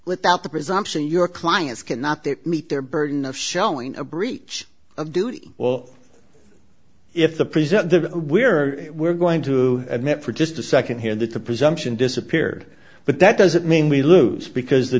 without the presumption your clients cannot they meet their burden of showing a breach of duty well if the present the we're we're going to admit for just a second here that the presumption disappeared but that doesn't mean we lose because the